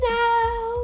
now